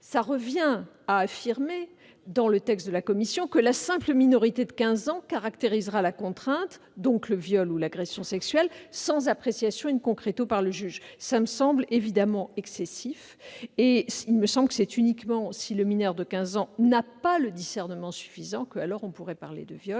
revient à affirmer dans le texte de la commission que la simple minorité de quinze ans caractérisera la contrainte, donc le viol ou l'agression sexuelle, sans appréciation par le juge. Cela me semble évidemment excessif. C'est, me semble-t-il, uniquement si le mineur de quinze ans n'a pas le discernement suffisant que l'on pourrait parler de viol.